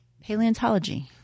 Paleontology